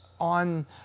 on